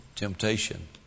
temptation